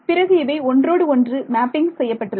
பிறகு இவை ஒன்றோடு ஒன்று மேப்பிங் செய்யப்பட்டுள்ளது